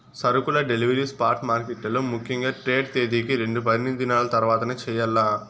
సరుకుల delivery spot మార్కెట్లలో ముఖ్యంగా ట్రేడ్ తేదీకి రెండు పనిదినాల తర్వాతనే చెయ్యాల్ల